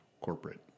corporate